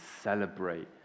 celebrate